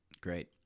Great